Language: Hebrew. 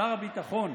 שר הביטחון